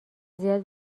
زیاد